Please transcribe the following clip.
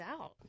out